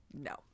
No